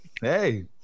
Hey